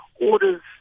orders